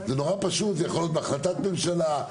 זה יכול להיות בהחלטת ממשלה,